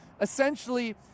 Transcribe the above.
essentially